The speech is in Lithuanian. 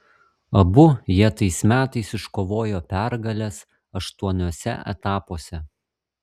abu jie tais metais iškovojo pergales aštuoniuose etapuose